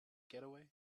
getaway